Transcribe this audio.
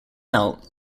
out